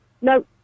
No